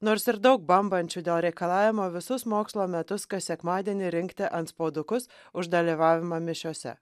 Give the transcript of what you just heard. nors ir daug bambančių dėl reikalavimo visus mokslo metus kas sekmadienį rinkti antspaudukus už dalyvavimą mišiose